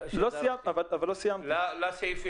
ירון, תתמקד בסעיפים.